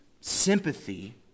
sympathy